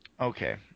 Okay